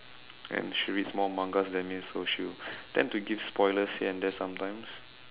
and she reads more mangas than me so she will tend to give spoilers here and there sometimes